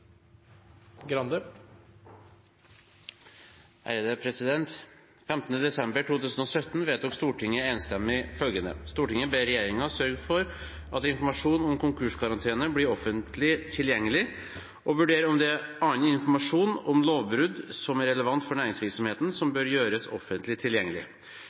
desember 2017 vedtok Stortinget enstemmig følgende: «Stortinget ber regjeringen sørge for at informasjon om konkurskarantene blir offentlig tilgjengelig, og vurdere om det er annen informasjon om lovbrudd som er relevant for næringsvirksomheten som bør gjøres offentlig tilgjengelig.»